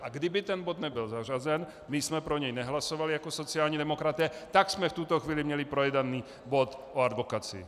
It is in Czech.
A kdyby ten bod nebyl zařazen, my jsme pro něj nehlasovali jako sociální demokraté, tak jsme v tuto chvíli měli projednaný bod o advokacii.